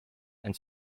and